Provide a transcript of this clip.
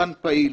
לשחקן פעיל.